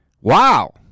Wow